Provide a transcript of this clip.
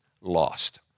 lost